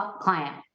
client